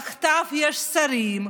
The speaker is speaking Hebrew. תחתיו יש שרים,